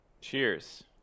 Cheers